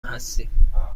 هستیم